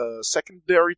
secondary